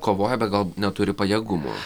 kovoja bet gal neturi pajėgumų